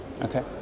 okay